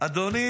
אדוני